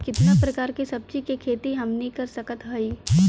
कितना प्रकार के सब्जी के खेती हमनी कर सकत हई?